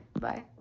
Bye